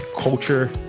culture